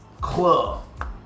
club